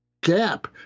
gap